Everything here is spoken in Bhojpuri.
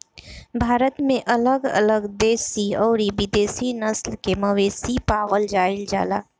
भारत में अलग अलग देशी अउरी विदेशी नस्ल के मवेशी पावल जाइल जाला